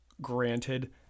Granted